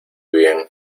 bien